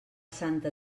santa